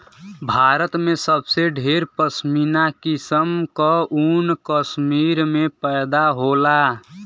भारत में सबसे ढेर पश्मीना किसम क ऊन कश्मीर में पैदा होला